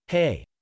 hey